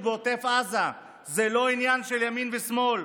בעוטף עזה זה לא עניין של ימין ושמאל.